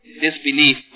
disbelief